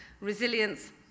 resilience